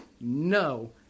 no